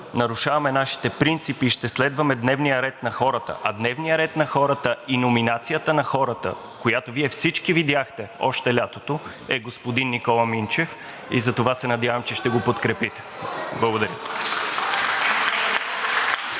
нарушаваме нашите принципи и ще следваме дневния ред на хората, а дневният ред на хората и номинацията на хората, която Вие всички видяхте още лятото, е господин Никола Минчев и затова се надявам, че ще го подкрепите. Благодаря.